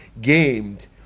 gamed